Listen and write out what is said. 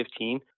2015